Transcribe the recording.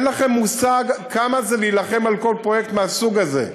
אין לכם מושג כמה זה להילחם על כל פרויקט מהסוג הזה.